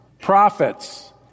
prophets